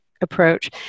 approach